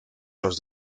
los